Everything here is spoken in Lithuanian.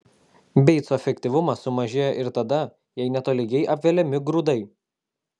beico efektyvumas sumažėja ir tada jei netolygiai apveliami grūdai